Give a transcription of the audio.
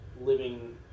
living